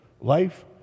life